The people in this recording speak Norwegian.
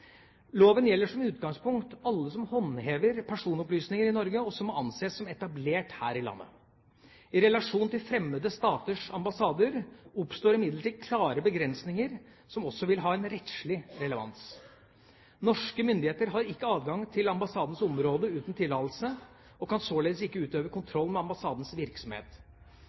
Loven gjelder som utgangspunkt alle som håndterer personopplysninger i Norge og som må anses som etablert her i landet. I relasjon til fremmede staters ambassader oppstår imidlertid klare begrensninger som også vil ha en rettslig relevans. Norske myndigheter har ikke adgang til ambassadens områder uten tillatelse, og kan således ikke utøve kontroll med ambassadens virksomhet.